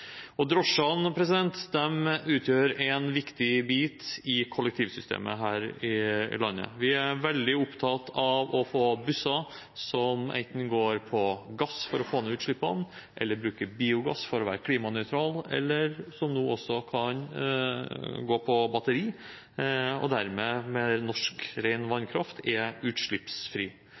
Drosjene utgjør en viktig bit i kollektivsystemet her i landet. Vi er veldig opptatt av å få busser som enten går på gass for å få ned utslippene, eller bruker biogass for å være klimanøytrale, eller som nå også kan gå på batteri, og dermed med norsk, ren vannkraft er